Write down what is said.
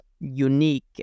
unique